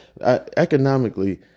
Economically